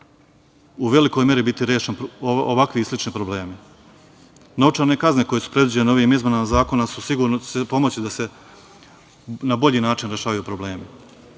u velikoj meri biti rešeni ovakvi i slični problemi. Novčane kazne koje su predviđene ovim izmenama zakona će sigurno pomoći da se na bolji način rešavaju problemi. Naime,